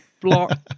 block